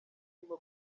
ndimo